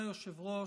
אדוני היושב-ראש,